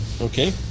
Okay